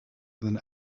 than